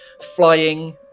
flying